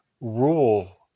rule